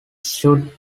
should